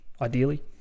ideally